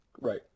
right